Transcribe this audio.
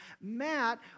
Matt